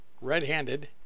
red-handed